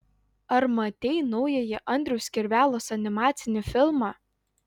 ar matei naująjį andriaus kirvelos animacinį filmą